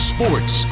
Sports